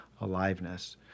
aliveness